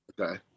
Okay